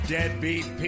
Deadbeat